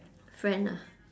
friend ah